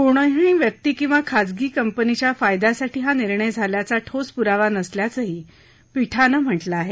कोणाही व्यक्ती किंवा खाजगी कंपनीच्या फायदयासाठी हा निर्णय झाल्याचा ठोस पुरावा नसल्याचंही पीठानं म्हटलं आहे